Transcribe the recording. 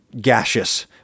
gaseous